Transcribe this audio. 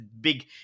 big